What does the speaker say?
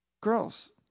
girls